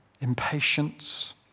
impatience